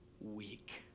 weak